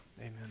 amen